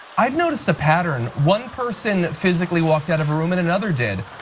i've noticed a pattern, one person physically walked out of a room and another did.